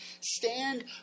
stand